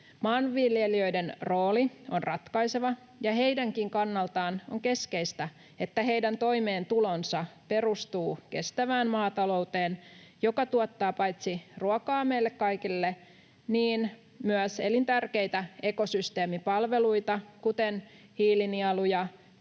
Maanviljelijöiden rooli on ratkaiseva, ja heidänkin kannaltaan on keskeistä, että heidän toimeentulonsa perustuu kestävään maatalouteen, joka tuottaa paitsi ruokaa meille kaikille myös elintärkeitä ekosysteemipalveluita, kuten hiilinieluja,